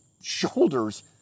shoulders